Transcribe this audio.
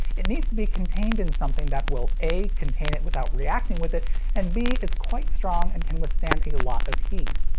it needs to be contained in something that will a contain it without reacting with it and b is quite strong and can withstand a lot of heat.